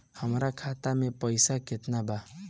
हमरा खाता में पइसा केतना बा?